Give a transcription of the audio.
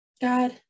God